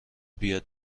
بیاد